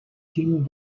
king